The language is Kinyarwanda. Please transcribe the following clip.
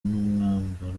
n’umwambaro